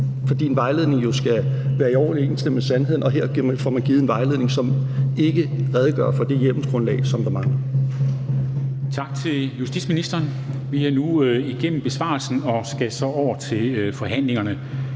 fordi en vejledning jo skal være i overensstemmelse med sandheden, og her får man givet en vejledning, som ikke redegør for det hjemmelsgrundlag, som der mangler. Kl. 13:41 Formanden (Henrik Dam Kristensen): Tak til justitsministeren. Vi er nu igennem besvarelsen og skal så over til forhandlingerne.